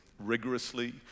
rigorously